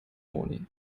moni